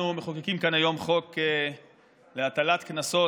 אנחנו מחוקקים כאן היום חוק להטלת קנסות